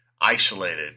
isolated